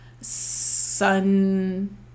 sun